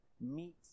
meet